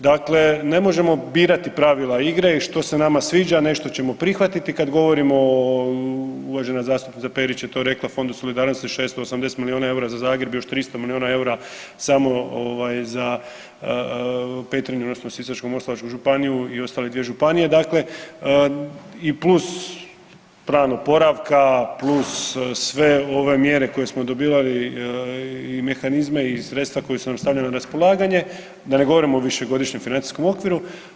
Dakle, ne možemo birati pravila igre i što se nama sviđa nešto ćemo prihvatiti kad govorimo o uvažena zastupnica Perić je to rekla Fondu solidarnosti 680 miliona EUR-a za Zagreb još 300 miliona EUR-a samo za Petrinju odnosno Sisačko-moslavačku županiju i ostali dio županije dakle i plus …/nerazumljivo/… oporavka plus sve ove mjere koje smo dobivali i mehanizme i sredstva koja su nam stavljena na raspolaganje da ne govorim o višegodišnjem financijskom okviru.